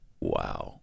Wow